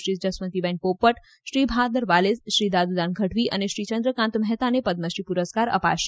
Shri Jaswantiben Popat Shri father Wallace Shri Dadudan Gadhvi અનેશ્રી ચંદ્રકાન્ત મહેતાને પદમશ્રી પુરસ્કાર અપાશે